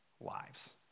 lives